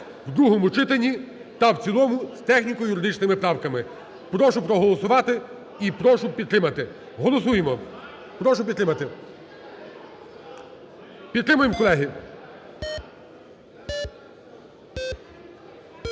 в другому читанні та в цілому з техніко-юридичними правками. Прошу проголосувати і прошу підтримати. Голосуємо. Прошу підтримати. Підтримаєм, колеги?